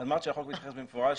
אמרת שהחוק מתייחס במפורש